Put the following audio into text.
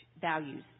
values